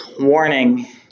warning